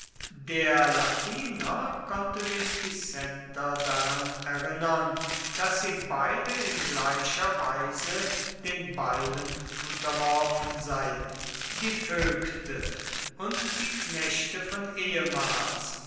der latiner konnte den picenter daran erinnern daß sie beide in gleicher weise den beilen unterworfen seien die vögte und die knechte von ehemals